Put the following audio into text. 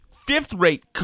fifth-rate